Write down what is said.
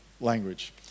language